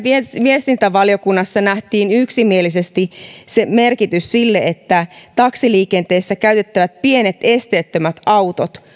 viestintävaliokunnassa nähtiin yksimielisesti merkitys sillä että taksiliikenteessä käytettävät pienet esteettömät autot